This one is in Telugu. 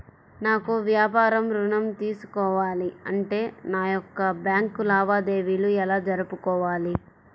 నాకు వ్యాపారం ఋణం తీసుకోవాలి అంటే నా యొక్క బ్యాంకు లావాదేవీలు ఎలా జరుపుకోవాలి?